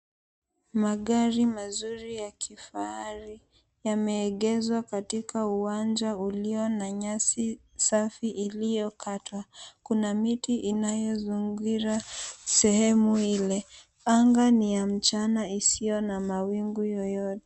Magari mazuri ya kifahari yameegeshwa katika uwanja ulio na nyasi safi iliyo katwa, kuna miti inayozingira sehemu ile, anga ni ya mchana isiyo na mawingu yoyote.